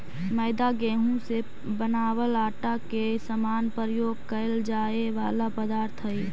मैदा गेहूं से बनावल आटा के समान प्रयोग कैल जाए वाला पदार्थ हइ